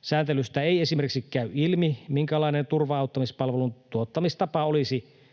Sääntelystä ei esimerkiksi käy ilmi, minkälainen turva-auttamispalvelun tuottamistapa olisi,